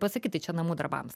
pasakyti čia namų darbams